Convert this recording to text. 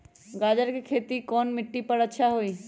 गाजर के खेती कौन मिट्टी पर समय अच्छा से होई?